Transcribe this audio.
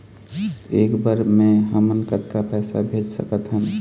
एक बर मे हमन कतका पैसा भेज सकत हन?